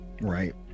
Right